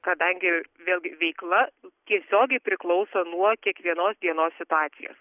kadangi vėlgi veikla tiesiogiai priklauso nuo kiekvienos dienos situacijos